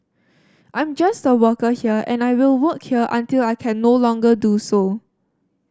I'm just a worker here and I will work here until I can no longer do so